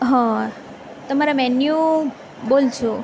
હ તમારા મેન્યુ બોલજો